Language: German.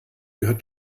gehört